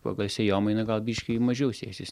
pagal sėjomainą gal biškį mažiau sėsis